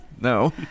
no